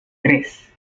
tres